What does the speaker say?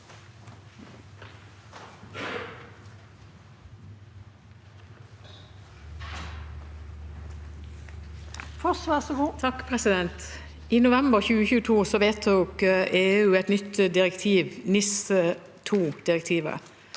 I november 2022 ved- tok EU et nytt direktiv: NIS2-direktivet